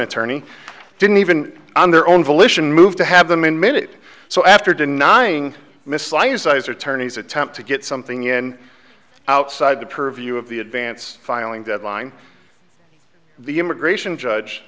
attorney didn't even on their own volition move to have them in minute so after denying miss science sizer tourney's attempt to get something in outside the purview of the advance filing deadline the immigration judge